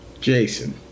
Jason